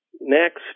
Next